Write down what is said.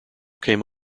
came